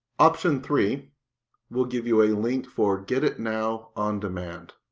option three will give you a link for get it now on demand.